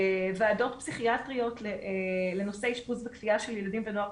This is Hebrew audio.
ועדות פסיכיאטריות לנושא אשפוז בכפייה של ילדים ונוער,